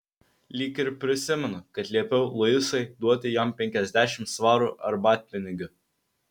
lyg ir prisimenu kad liepiau luisai duoti jam penkiasdešimt svarų arbatpinigių